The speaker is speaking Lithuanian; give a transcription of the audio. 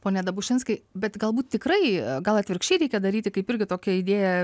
pone dabušinskai bet galbūt tikrai gal atvirkščiai reikia daryti kaip irgi tokią idėją